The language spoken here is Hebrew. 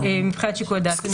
מבחינת שיקול הדעת.